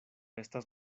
estas